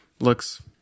looks